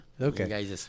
Okay